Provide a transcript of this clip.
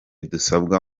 dusabwa